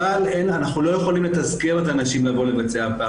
אבל אנחנו לא יכולים לתזכר את הנשים לבוא לבצע פאפ.